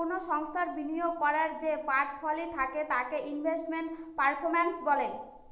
কোনো সংস্থার বিনিয়োগ করার যে পোর্টফোলি থাকে তাকে ইনভেস্টমেন্ট পারফরম্যান্স বলে